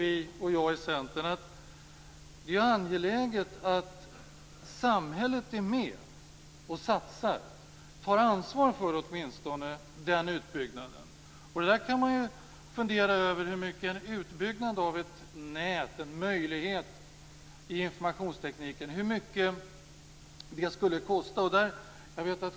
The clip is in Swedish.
Vi och jag i Centern tycker att det är angeläget att samhället är med om att satsa på detta och tar ansvar för åtminstone den utbyggnaden. Man kan fundera över hur mycket en utbyggnad av ett sådant här nät för informationstekniken skulle kosta.